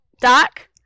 Doc